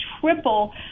triple